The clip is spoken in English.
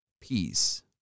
peace